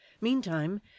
Meantime